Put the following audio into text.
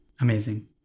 Amazing